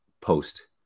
post